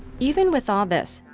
even with all this,